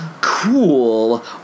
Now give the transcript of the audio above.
cool